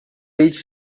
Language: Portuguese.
peixe